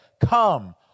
Come